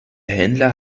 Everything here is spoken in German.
händler